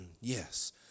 yes